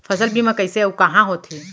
फसल बीमा कइसे अऊ कहाँ होथे?